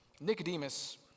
Nicodemus